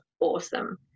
awesome